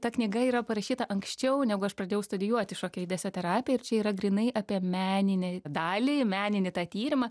ta knyga yra parašyta anksčiau negu aš pradėjau studijuoti šokio judesio terapiją ir čia yra grynai apie meninę dalį meninį tą tyrimą